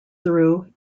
through